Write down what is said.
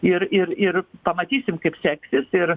ir ir ir pamatysim kaip seksis ir